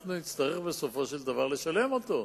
אנחנו נצטרך בסופו של דבר לשלם אותו.